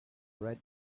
red